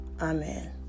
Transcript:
Amen